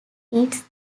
its